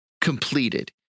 completed